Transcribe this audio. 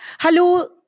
Hello